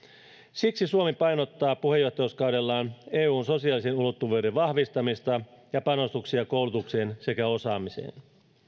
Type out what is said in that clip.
siksi suomi painottaa puheenjohtajuuskaudellaan eun sosiaalisen ulottuvuuden vahvistamista ja panostuksia koulutukseen sekä osaamiseen